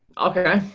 okay,